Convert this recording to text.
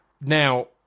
now